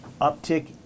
uptick